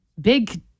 big